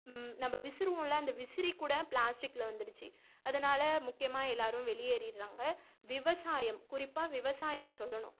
நம்ம விசுறுவோல்ல அந்த விசிறியைக்கூட பிளாஸ்டிகில் வந்துடுச்சு அதனால் முக்கியமாக எல்லோரும் வெளியேறிடுறாங்க விவசாயம் குறிப்பாக விவசாயம் சொல்லணும்